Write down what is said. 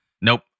Nope